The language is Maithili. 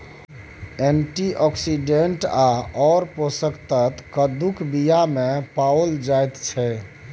एंटीऑक्सीडेंट आओर पोषक तत्व कद्दूक बीयामे पाओल जाइत छै